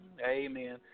Amen